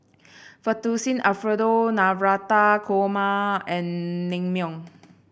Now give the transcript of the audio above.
Fettuccine Alfredo Navratan Korma and Naengmyeon